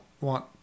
want